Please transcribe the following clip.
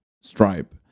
Stripe